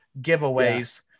giveaways